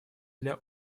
для